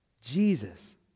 Jesus